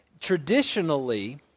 Traditionally